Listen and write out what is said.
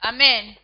Amen